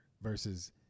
versus